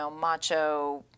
macho